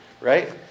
right